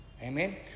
Amen